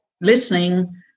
listening